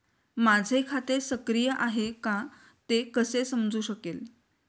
माझे खाते सक्रिय आहे का ते कसे समजू शकेल?